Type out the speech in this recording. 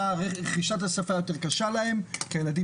שרכישת השפה יותר קשה להם כי הילדים